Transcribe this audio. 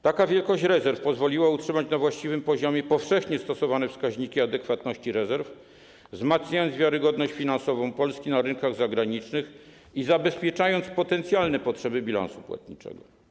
Taka wielkość rezerw pozwoliła utrzymać na właściwym poziomie powszechnie stosowane wskaźniki adekwatności rezerw, wzmacniając wiarygodność finansową Polski na rynkach zagranicznych i zabezpieczając potencjalne potrzeby bilansu płatniczego.